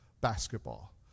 basketball